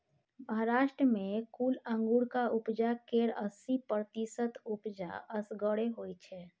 महाराष्ट्र मे कुल अंगुरक उपजा केर अस्सी प्रतिशत उपजा असगरे होइ छै